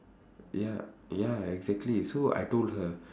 ya ya exactly so I told her